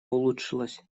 улучшилась